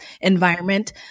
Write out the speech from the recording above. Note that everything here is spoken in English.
environment